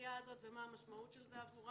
לאוכלוסייה הזאת ומה המשמעות של זה עבורם.